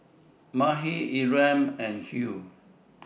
Makhi Ephram and Hugh